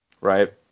Right